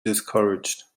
discouraged